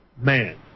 man